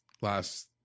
last